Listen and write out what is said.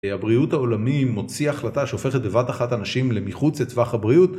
הבריאות העולמי מוציא החלטה שהופכת בבת אחת אנשים למחוץ לטווח הבריאות